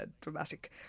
dramatic